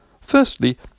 Firstly